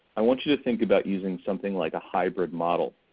i want you to think about using something like a hybrid model.